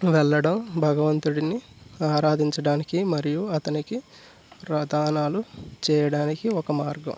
వెళ్ళడం భగవంతుడిని ఆరాధించడానికి మరియు అతనికి ప్రదానాలు చేయడానికి ఒక మార్గం